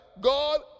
God